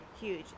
huge